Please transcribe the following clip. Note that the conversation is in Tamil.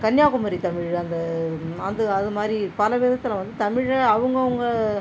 கன்னியாகுமரி தமிழ் அந்த அது அதுமாதிரி பல விதத்தில் வந்து தமிழை அவங்கவங்க